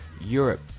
Europe